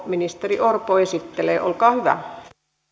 ministeri orpo esittelee olkaa hyvä